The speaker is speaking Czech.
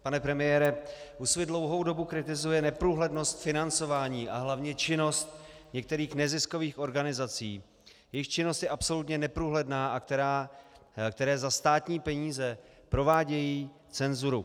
Pane premiére, Úsvit dlouhou dobu kritizuje neprůhlednost financování a hlavně činnost některých neziskových organizací, jejichž činnost je absolutně neprůhledná a jež za státní peníze provádějí cenzuru.